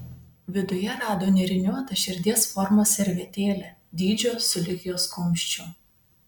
viduje rado nėriniuotą širdies formos servetėlę dydžio sulig jos kumščiu